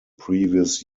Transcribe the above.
previous